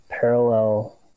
parallel